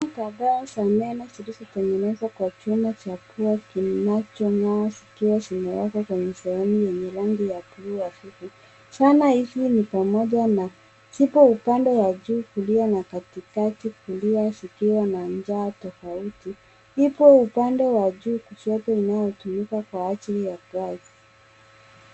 Zana kadhaa za meno zilizotengenezwa kwa chuma cha pua kinachongaa zikiwa zimewekwa kwenye sehemu yenye rangi ya buluu hafifu. Zana hizi ni pamoja na, ziko upande wa juu kulia na katikati kulia zikiwa na njaa tofauti. Ipo upande wa juu kushoto inayotumika kwa ajili ya kazi.